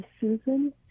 Susan